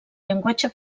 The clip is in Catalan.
llenguatge